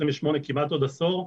כמעט עוד עשור,